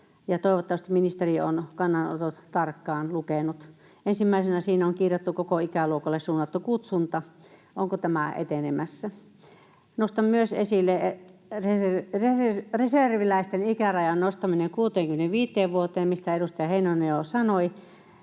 toivottavasti ministeri on kannanotot tarkkaan lukenut. Ensimmäisenä siinä on kirjattu koko ikäluokalle suunnattu kutsunta. Onko tämä etenemässä? Nostan myös esille reserviläisten ikärajan nostamisen 65 vuoteen, mistä edustaja Heinonen jo sanoi.